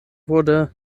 wurde